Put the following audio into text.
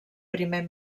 primer